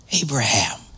Abraham